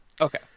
Okay